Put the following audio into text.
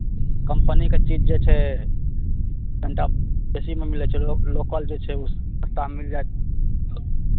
कम्पनीके चीज जे छै कनिटा बेसीमे मिलै छै लो लोकल जे छै ओ सस्तामे मिल जायत